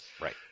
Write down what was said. Right